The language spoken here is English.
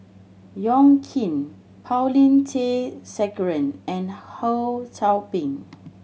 Yong Keen Paulin Tay Straughan and Ho Sou Ping